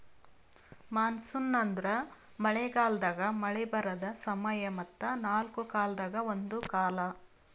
monsoon ಅಂದುರ್ ಮಳೆ ಗಾಲದಾಗ್ ಮಳೆ ಬರದ್ ಸಮಯ ಮತ್ತ ನಾಲ್ಕು ಕಾಲದಾಗ ಒಂದು ಕಾಲ